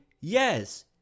Yes